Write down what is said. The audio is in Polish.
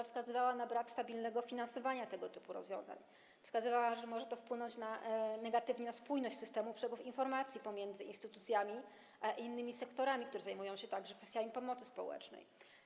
Wskazywała ona na brak stabilnego finansowania tego typu rozwiązań i na to, że może to wpłynąć negatywnie na spójność systemu i przepływ informacji pomiędzy instytucjami a innymi sektorami, które zajmują się także kwestiami pomocy społecznej.